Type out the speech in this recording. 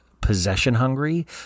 possession-hungry